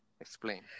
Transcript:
Explain